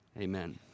amen